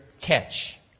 catch